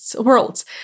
worlds